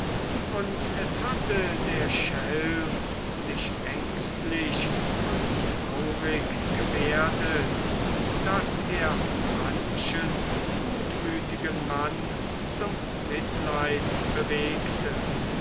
und es hatte der schelm sich ängstlich und traurig gebärdet daß er manchen gutmütigen mann zum mitleid bewegte